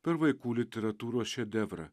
per vaikų literatūros šedevrą